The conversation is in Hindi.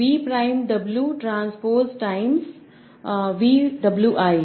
V prime W transpose times V W